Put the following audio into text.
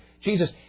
Jesus